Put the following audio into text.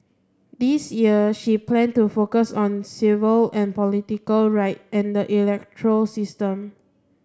this year she plan to focus on civil and political right and the electoral system